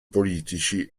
politici